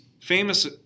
famous